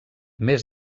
més